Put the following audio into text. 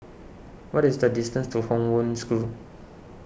what is the distance to Hong Wen School